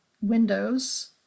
windows